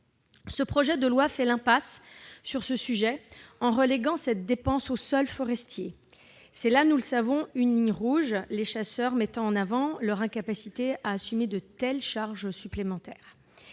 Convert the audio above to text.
Ce projet de loi fait l'impasse sur ce sujet en reléguant cette dépense aux seuls forestiers. Il s'agit là, nous le savons, d'une ligne rouge, les chasseurs mettant en avant leur incapacité à assumer de telles charges supplémentaires.